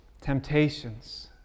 temptations